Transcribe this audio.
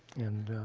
and,